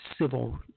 civil